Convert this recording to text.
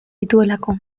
dituelako